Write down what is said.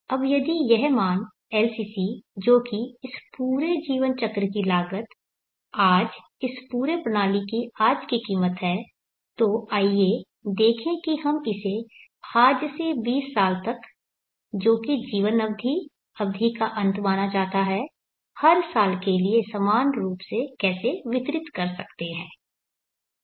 अब यदि यह मान LCC जो कि इस पूरे जीवन चक्र की लागत आज इस पूरे प्रणाली की आज की कीमत है तो आइए देखें कि हम इसे आज से 20 साल बाद तक जो कि जीवन अवधि अवधि का अंत माना जाता है हर साल के लिए समान रूप से कैसे वितरित कर सकते हैं